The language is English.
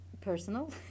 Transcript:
personal